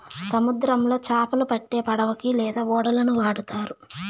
సముద్రంలో చాపలు పట్టేకి పడవ లేదా ఓడలను వాడుతారు